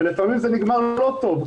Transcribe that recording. ולפעמים זה נגמר לא טוב,